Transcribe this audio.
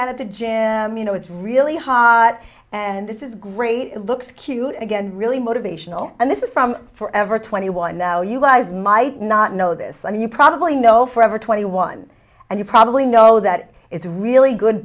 at the gym you know it's really hot and this is great looks cute again really motivational and this is from forever twenty one now you guys might not know this and you probably know forever twenty one and you probably know that it's really good